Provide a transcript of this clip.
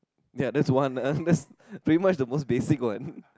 ya that is one ah that's pretty much the most basic one